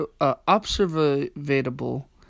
observable